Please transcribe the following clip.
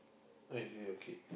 why is it okay